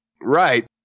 Right